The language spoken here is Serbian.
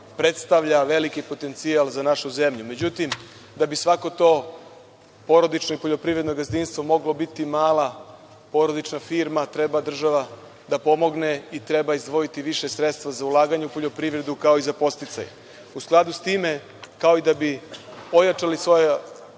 predstavlja veliki potencijal za našu zemlju. Međutim da bi svako to porodično i poljoprivredno gazdinstvo moglo biti mala porodična firma treba država da pomogne i treba izvojiti više sredstava za ulaganje u poljoprivredu, kao i za podsticaj.U skladu sa tim, kao i da bi ojačali svoja